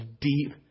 deep